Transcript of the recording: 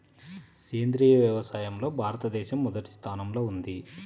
సేంద్రీయ వ్యవసాయంలో భారతదేశం మొదటి స్థానంలో ఉంది